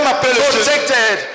protected